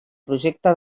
projecte